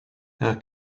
her